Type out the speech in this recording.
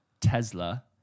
Tesla